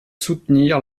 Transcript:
soutenir